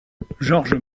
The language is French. georges